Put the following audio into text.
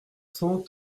cent